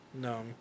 No